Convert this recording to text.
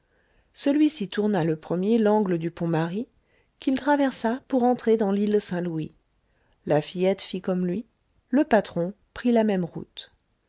celui-ci tourna le premier l'angle du pont marie qu'il traversa pour entrer dans l'île saint-louis la fillette fit comme lui le patron prit la même route